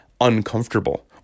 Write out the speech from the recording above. uncomfortable